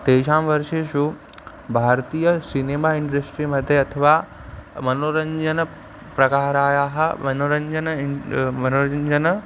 तेषां वर्षेषु भारतीयसिनिमा इण्ड्रस्ट्रि मध्ये अथवा मनोरञ्जनप्रकारायाः मनोरञ्जनं इञ् मनोरञ्जनं